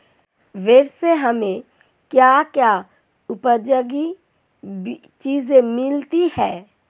भेड़ से हमें क्या क्या उपयोगी चीजें मिलती हैं?